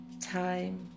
Time